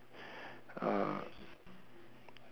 uh